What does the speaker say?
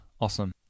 awesome